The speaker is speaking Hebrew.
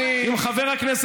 עם מי היה לי עניין אישי?